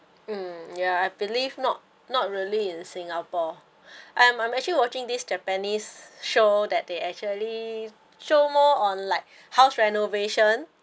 mm ya I believe not not really in singapore I'm I'm actually watching this japanese show that they actually show more on like house renovation